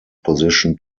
position